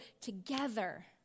together